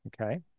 Okay